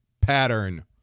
pattern